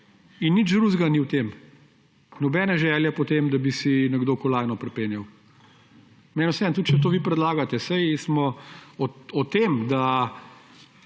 In nič drugega ni v tem. Nobene želje po tem, da bi si nekdo kolajno pripenjal. Meni je vseeno, tudi če to vi predlagate, saj smo o tem, da